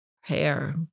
hair